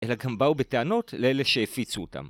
‫אלא גם באו בטענות לאלה שהפיצו אותם.